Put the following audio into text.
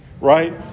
right